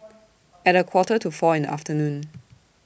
At A Quarter to four in The afternoon